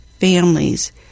families